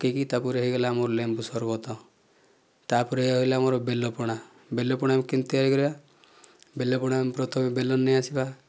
ପକାଇକି ତା'ପରେ ହୋଇଗଲା ଆମର ଲେମ୍ବୁ ସର୍ବତ ତା'ପରେ ରହିଲା ଆମର ବେଲ ପଣା ବେଲ ପଣା କେମିତି ତିଆରି କରିବା ବେଲ ପଣା ପ୍ରଥମେ ବେଲ ନେଇ ଆସିବା